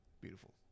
beautiful